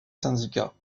syndicats